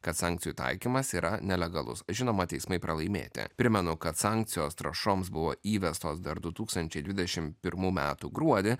kad sankcijų taikymas yra nelegalus žinoma teismai pralaimėti primenu kad sankcijos trąšoms buvo įvestos dar du tūkstančiai dvidešimt pirmų metų gruodį